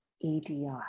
EDI